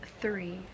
Three